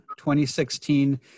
2016